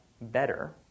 better